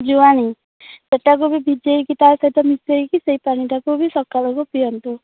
ଜୁଆଣୀ ସେଟାକୁ ବି ଭିଜେଇକି ତା ସହିତ ମିଶେଇକି ସେଇ ପାଣିଟାକୁ ବି ସକାଳକୁ ପିଅନ୍ତୁ